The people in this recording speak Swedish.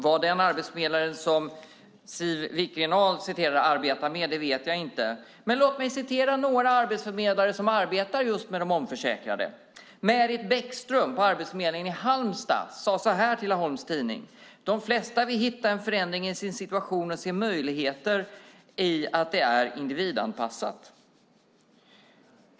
Vad den arbetsförmedlare som Siw Wittgren-Ahl citerade arbetar med vet jag inte, men låt mig hänvisa till några arbetsförmedlare som arbetar med just de omförsäkrade. Märit Bäckström på Arbetsförmedlingen i Halmstad säger i Laholms Tidning att de flesta vill hitta en förändring i sin situation och ser möjligheter i att det är individanpassat.